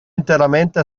interamente